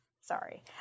Sorry